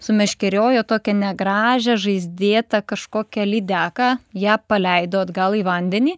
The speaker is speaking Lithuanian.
sumeškeriojo tokią negražią žaizdėtą kažkokią lydeką ją paleido atgal į vandenį